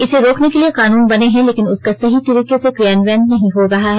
इसे रोकने के लिए कानून बने हैं लेकिन उसका सही तरीके से कियान्वयन नहीं हो रहा है